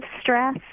stress